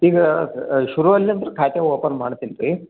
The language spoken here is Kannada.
ಈಗ ಶುರುವಲ್ಲೆ ಖಾತೆ ಓಪನ್ ಮಾಡ್ತೀನಿ ರೀ